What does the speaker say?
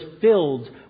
filled